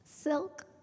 silk